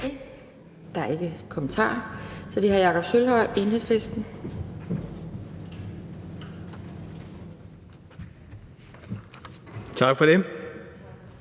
Tak for det.